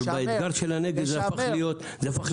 אבל האתגר של הנגב, זו הפכה להיות מטרה.